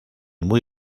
muy